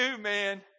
man